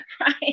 Right